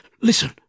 Listen